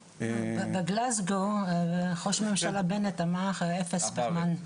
בגלזגו ראש הממשלה בנט אמר אפס פחמן,